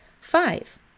Five